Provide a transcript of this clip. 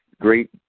great